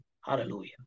Hallelujah